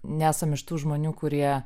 nesam iš tų žmonių kurie